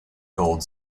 gold